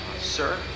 Sir